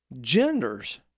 genders